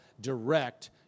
direct